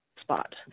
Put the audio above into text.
spot